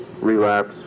relapse